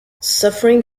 suffering